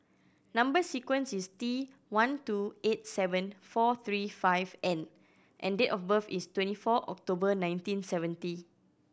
number sequence is T one two eight seven four three five N and date of birth is twenty four October nineteen seventy